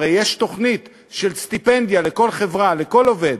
הרי יש תוכנית של סטיפנדיה לכל חברה, לכל עובד,